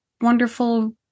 wonderful